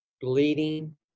bleeding